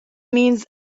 means